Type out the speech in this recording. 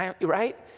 Right